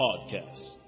podcasts